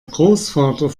großvater